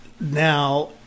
Now